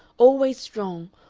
always strong,